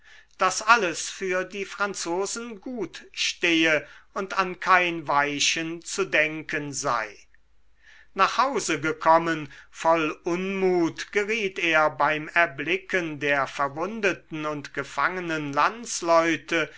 daß alles für die franzosen gut stehe und an kein weichen zu denken sei nach hause gekommen voll unmut geriet er beim erblicken der verwundeten und gefangenen landsleute